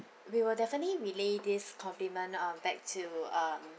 we will definitely relay this compliment um back to um